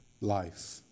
life